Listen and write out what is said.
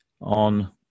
on